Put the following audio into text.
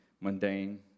mundane